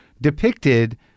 depicted